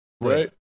Right